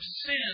sin